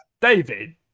David